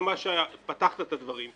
למה שפתחת את הדברים.